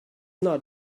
not